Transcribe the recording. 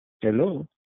Hello